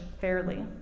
fairly